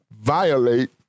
violate